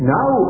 Now